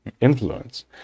influence